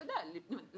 אתה יודע,